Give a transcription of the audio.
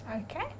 Okay